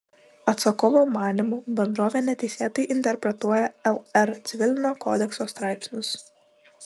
atsakovo manymu bendrovė neteisėtai interpretuoja lr civilinio kodekso straipsnius